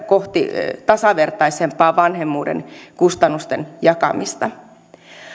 kohti tasavertaisempaa vanhemmuuden kustannusten jakamista